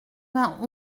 vingt